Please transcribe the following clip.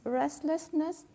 restlessness